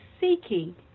seeking